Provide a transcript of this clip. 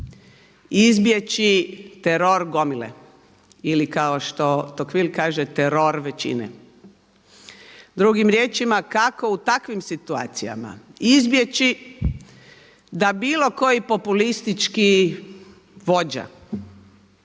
izbjeći teror gomile ili kao što Tocqueville kaže teror većine. Drugim riječima kako u takvim situacijama izbjeći da bilo koji populistički vođa